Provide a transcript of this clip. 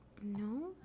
no